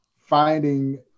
Finding